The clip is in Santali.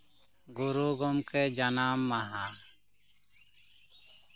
ᱜᱩᱨᱩ ᱜᱚᱝᱠᱮ ᱡᱟᱱᱟᱢ ᱢᱟᱦᱟ